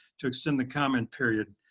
to extend the comment period.